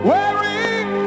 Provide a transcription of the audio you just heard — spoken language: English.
Wearing